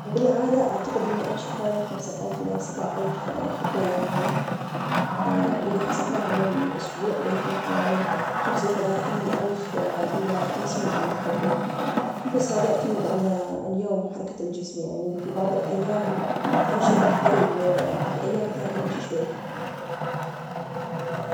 أقدر أقول أمشي حوالي سبعتلاف خطوة في اليوم, يعني يطلعولهم في الأسبوع حوالي خمسين الف خطوة وأمشي آني في الحديقة, في الشارع, أو أثناء تنقلي من مكان لمكان ,أثناء الشغل, أنا اشوف إن الحركة مهمة لصحة الجسم, وأرى إن لازم كل شخص يمشي وما يقعد بدون حركة.